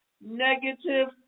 negative